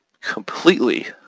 completely